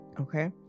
Okay